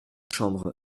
chambre